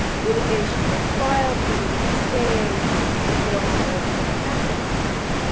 litigation was filed, but it was stayed because we don't know what's going to happen now.